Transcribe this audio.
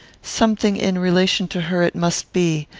something in relation to her it must be,